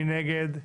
מי נגד?